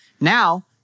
Now